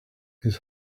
his